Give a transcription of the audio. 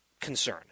concern